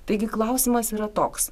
taigi klausimas yra toks